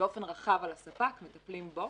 באופן רחב על הספק, מטפלים בו.